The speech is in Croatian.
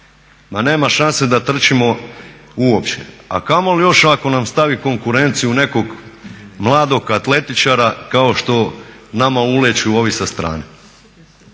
ma nema šanse da tržimo uopće, a kamoli još ako nam stavi konkurenciju nekog mladog atletičara kao što nama ulijeću ovi sa strane.